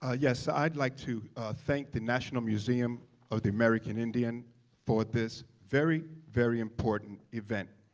ah yes, i'd like to thank the national museum of the american indian for this very, very important event.